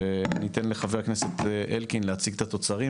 וניתן לחבר הכנסת אלקין להציג את התוצרים